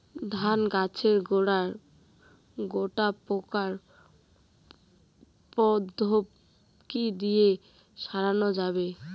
ধান গাছের গোড়ায় ডোরা পোকার উপদ্রব কি দিয়ে সারানো যাবে?